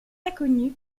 inconnue